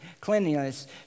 cleanliness